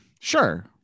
Sure